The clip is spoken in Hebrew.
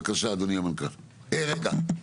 בבקשה ממ"מ,